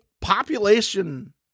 population